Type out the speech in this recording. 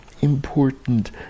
important